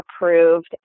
approved